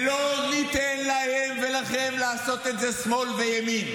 לא ניתן להם ולכם לעשות את זה שמאל וימין.